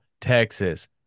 texas